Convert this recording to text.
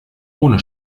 ohne